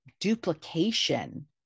duplication